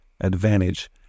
advantage